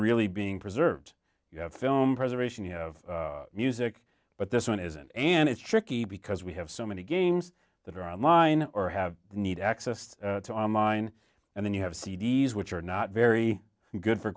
really being preserved film preservation you know of music but this one isn't and it's tricky because we have so many games that are online or have need access to online and then you have c d s which are not very good for